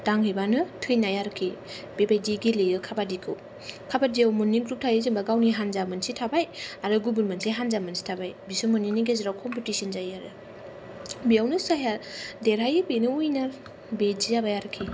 दांहैब्लानो थैनाय आरोखि बेबादि गेलेयो काबादिखौ काबादियाव मोननै ग्रुप थायो जेन'बा गावनि हान्जा मोनसे थाबाय आरो गुबुन मोनसे हान्जा मोनसे थाबाय बिसार मोननैनि गेजेराव कम्पिटिसन जायो आरो बेयावनो जायनो देरहायो बेनो उइनार बिदि जाबाय आरोखि